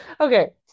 Okay